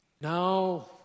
Now